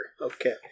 Okay